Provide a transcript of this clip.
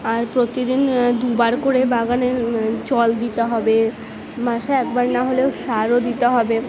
আর প্রতিদিন দুবার করে বাগানে জল দিতে হবে মাসে একবার নাহলেও সারও দিতে হবে